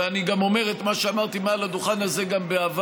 ואני גם אומר את מה שאמרתי מעל הדוכן הזה בעבר,